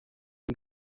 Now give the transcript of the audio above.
dem